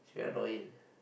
she very annoying